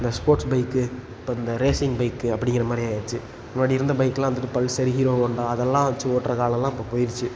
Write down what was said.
இந்த sports bike இப்போ இந்த ரேஸிங் பைக்கு அப்படிங்கிற மாதிரி ஆயிடுச்சு முன்னாடி இருந்த பைக்கெலாம் வந்துட்டு பல்சர் ஹீரோ ஹோண்டா அதெல்லாம் வச்சு ஓட்டுற காலோம்லாம் இப்போ போயிடுச்சு